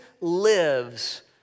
lives